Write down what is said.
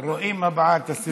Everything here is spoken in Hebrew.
רואים, רואים את הבעת השמחה.